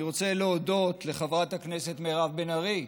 אני רוצה להודות לחברת הכנסת מירב בן ארי,